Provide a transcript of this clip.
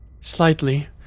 Slightly